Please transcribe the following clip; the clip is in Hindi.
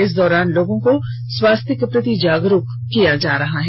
इस दौरान लोगों को स्वास्थ्य के प्रति जागरूक किया जा रहा है